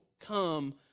come